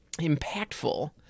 impactful